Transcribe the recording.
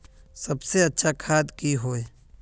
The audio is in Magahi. सबसे अच्छा खाद की होय?